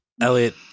Elliot